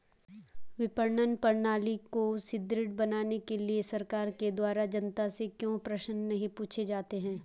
विपणन प्रणाली को सुदृढ़ बनाने के लिए सरकार के द्वारा जनता से क्यों प्रश्न नहीं पूछे जाते हैं?